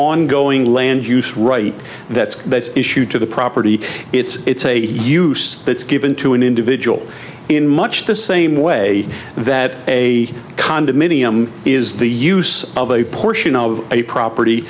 ongoing land use right that's the issue to the property it's a use that is given to an individual in much the same way that a condominium is the use of a portion of a property